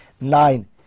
Nine